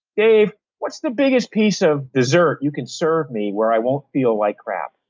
dave, what's the biggest piece of dessert you can serve me where i won't feel like crap?